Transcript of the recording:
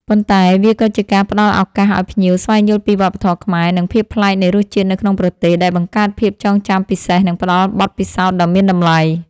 ប៉ុន្តែវាក៏ជាការផ្ដល់ឱកាសឲ្យភ្ញៀវស្វែងយល់ពីវប្បធម៌ខ្មែរ និងភាពប្លែកនៃរសជាតិនៅក្នុងប្រទេស ដែលបង្កើតភាពចងចាំពិសេស និងផ្ដល់បទពិសោធន៍ដ៏មានតម្លៃ។